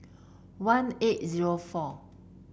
one eight zero four